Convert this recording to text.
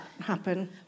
happen